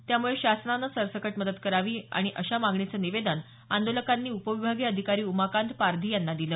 त्यामुळे शासनानं सरसकट मदत करावी अशा मागणीचं निवेदन आंदोलकांनी उपविभागीय अधिकारी उमाकांत पारधी यांना दिलं